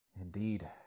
Indeed